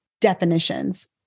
definitions